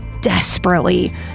desperately